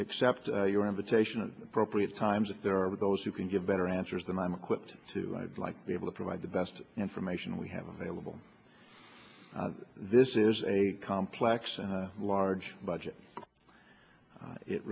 accept your invitation of appropriate times if there are those who can give better answers than i'm equipped to i'd like to be able to provide the best information we have available this is a complex large budget it